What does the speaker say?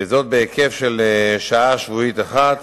וזאת בהיקף של שעה שבועית אחת.